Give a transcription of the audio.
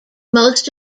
most